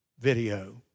video